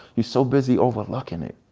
you're so busy overlooking it.